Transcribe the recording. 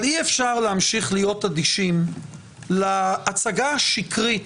אבל אי-אפשר להמשיך להיות אדישים להצגה השקרית,